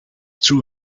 true